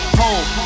home